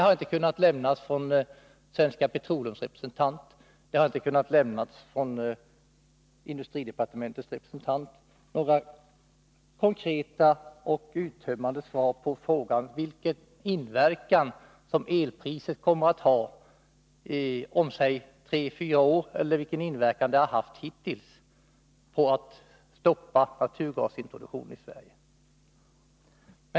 Varken av Svenska Petroleums representant eller av industridepartementets representant har det kunnat lämnas några konkreta och uttömmande svar på frågan, vilken inverkan elpriset kommer att ha om säg tre eller fyra år eller hur det hittills har bidragit till att stoppa naturgasintroduktionen i Sverige.